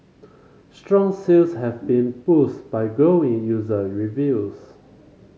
strong sales have been boost by glowing user reviews